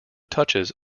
touches